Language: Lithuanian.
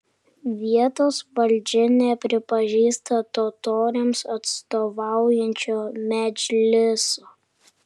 vietos valdžia nepripažįsta totoriams atstovaujančio medžliso